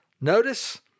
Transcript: Notice